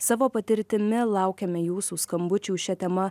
savo patirtimi laukiame jūsų skambučių šia tema